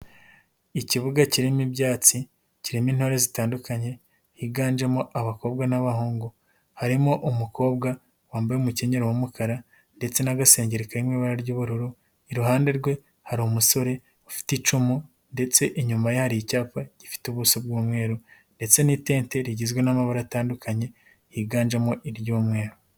Ikibuga kirimo ibyatsi, kirimo intore zitandukanye higanjemo abakobwa n'abahungu, harimo umukobwa wambaye umukenyero w'umukara ndetse n'agasengeri kari mu ibara ry'ubururu, iruhande rwe hari umusore ufite icumu, ndetse inyuma ye hari icyapa gifite ubuso bw'umweru, ndetse n'itente rigizwe n'amabara atandukanye higanjemo iry'mweru.